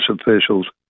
officials